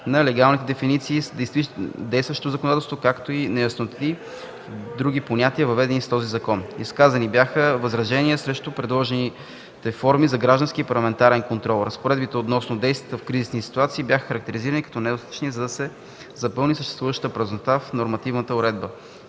на легалните дефиниции с действащото законодателство, както и неясноти в други понятия, въведени с този закон. Изказани бяха възражения срещу предложените форми за граждански и парламентарен контрол. Разпоредбите относно действията в кризисни ситуации бяха характеризирани като недостатъчни, за да се запълни съществуващата празнота в нормативната уредба.